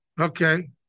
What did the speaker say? Okay